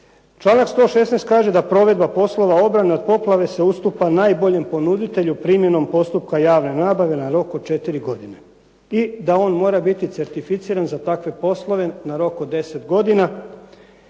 članak 116. kaže da provedba poslova obrane od poplave se ustupa najboljem ponuditelju primjenom postupka javne nabave na rok od 4 godine i da on mora biti certificiran za takve poslove na rok od 10 godina,